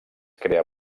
crear